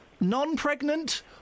Non-pregnant